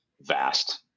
vast